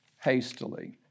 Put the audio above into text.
hastily